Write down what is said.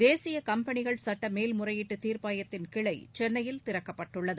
தேசிய கம்பெனிகள் சட்ட மேல்முறையீட்டு தீர்ப்பாயத்தின் கிளை சென்னையில் திறக்கப்பட்டுள்ளது